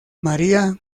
maría